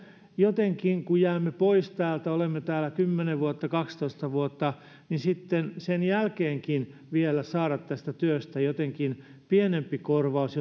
jotenkin kun jäämme pois täältä olemme täällä kymmenen vuotta kaksitoista vuotta sen jälkeenkin vielä saada tästä työstä jotenkin pienempi korvaus